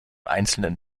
einzelnen